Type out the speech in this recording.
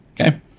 Okay